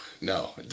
no